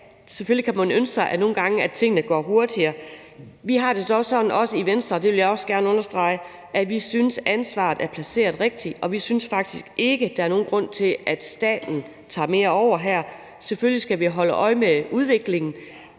det dog også sådan i Venstre – og det vil jeg også gerne understrege – at vi synes, at ansvaret er placeret det rigtige sted, og vi synes faktisk ikke, at der er nogen grund til, at staten tager mere over her. Selvfølgelig skal vi holde øje med udviklingen,